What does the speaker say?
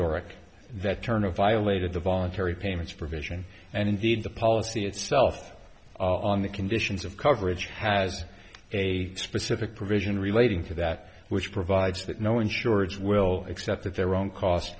zorak that turner violated the voluntary payments provision and indeed the policy itself on the conditions of coverage has a specific provision relating to that which provides that no insurance will accept that their own cost